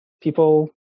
People